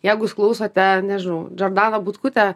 jeigu jūs klausote nežinau džordaną butkutę